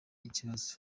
ikibazo